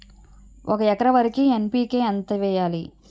ఒక ఎకర వరికి ఎన్.పి.కే ఎంత వేయాలి?